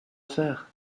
faire